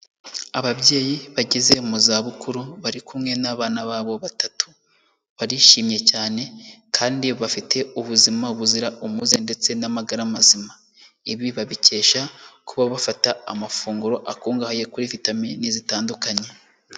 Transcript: Ababyeyi bageze mu za bukuru bari kumwe n'abana babo batatu, barishimye cyane kandi bafite ubuzima buzira umuze ndetse n'amagara mazima, ibi babikesha kuba bafata amafunguro akungahaye kuri vitamine zitandukanye.